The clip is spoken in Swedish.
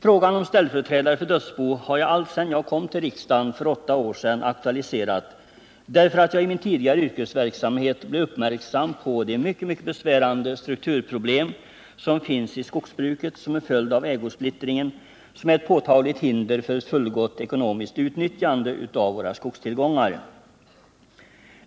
Frågan om ställföreträdare för dödsbo har jag alltsedan jag kom till riksdagen för åtta år sedan aktualiserat på grund av att jag i min tidigare yrkesverksamhet blev uppmärksam på det mycket besvärande strukturproblem som finns i skogsbruket till följd av ägosplittringen, som är ett påtagligt hinder för ett fullgott ekonomiskt utnyttjande av våra skogstillgångar.